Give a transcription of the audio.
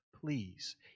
Please